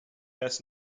best